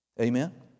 Amen